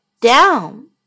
down